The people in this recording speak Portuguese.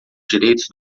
direitos